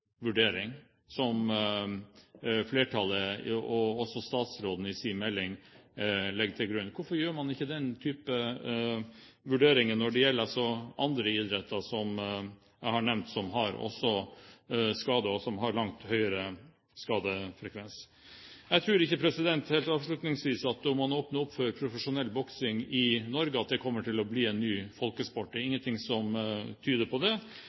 som flertallet og statsråden, i sin melding, legger til grunn. Hvorfor gjør man ikke den type vurderinger når det gjelder andre idretter, som jeg har nevnt, og som har skader og en langt høyere skadefrekvens? Jeg tror ikke – helt avslutningsvis – at om man åpner opp for profesjonell boksing i Norge, kommer det til å bli en ny folkesport. Det er ingenting som tyder på det.